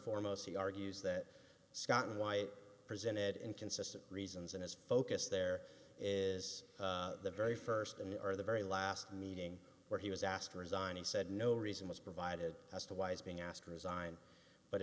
foremost he argues that scott and white presented inconsistent reasons in his focus there is the very st and or the very last meeting where he was asked to resign he said no reason was provided as to why he's being asked to resign but